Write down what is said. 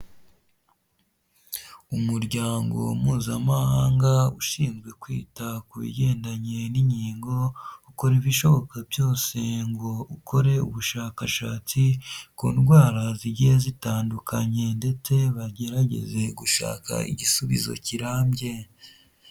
Umuryango mpuzamahanga ushinzwe kwita ku bigendanye n'inkingo, ukora ibishoboka byose ngo ukore ubushakashatsi ku ndwara zigiye zitandukanye ndetse bagerageze gushaka igisubizo kirambye.